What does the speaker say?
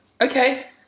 Okay